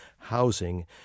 housing